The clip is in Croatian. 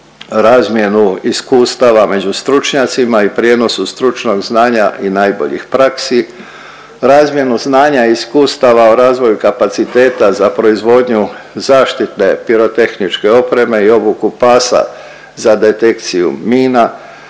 razmjenu iskustava među stručnjacima i prijenosu stručnog znanja i najboljih praksi, razmjenu znanja i iskustava o razvoju kapaciteta za proizvodnju zaštitne pirotehničke opreme i obuku pasa za detekciju mina,